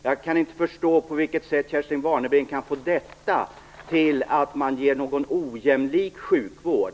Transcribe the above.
Jag kan inte förstå hur Kerstin Warnerbring kan få detta till ojämlik sjukvård.